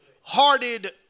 hearted